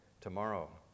tomorrow